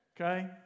okay